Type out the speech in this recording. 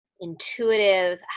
intuitive